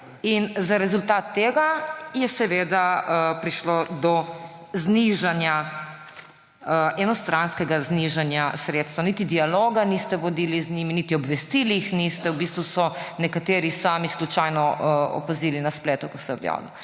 Kot rezultat tega je seveda prišlo do enostranskega znižanja sredstev. Niti dialoga niste vodili z njimi niti obvestili jih niste, v bistvu so nekateri sami slučajno opazili na spletu, ko se je